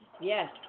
Yes